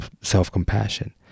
self-compassion